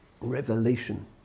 revelation